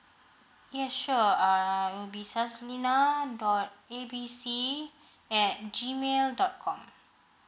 yeah sure err will be saslina dot a b c at G mail dot com